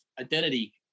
identity